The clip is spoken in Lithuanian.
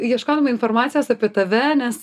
ieškodama informacijos apie tave nes